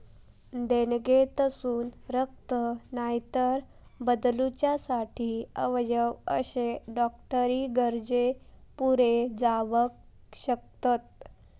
देणगेतसून रक्त, नायतर बदलूच्यासाठी अवयव अशे डॉक्टरी गरजे पुरे जावक शकतत